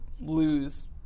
lose